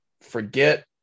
forget